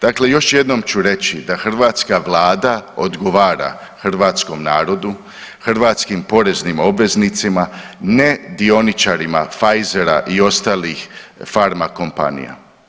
Dakle, još ću jednom ću reći da hrvatska vlada odgovara hrvatskom narodu, hrvatskim poreznim obveznicima, ne dioničarima Pfizera i ostalih farma kompanija.